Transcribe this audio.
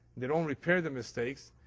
they don't repair the mistakes.